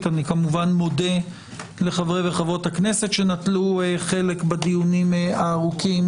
אני כמובן מודה לחברות וחברי הכנסת שנטלו חלק בדיונים הארוכים,